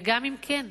וגם אם כן,